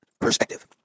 perspective